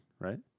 right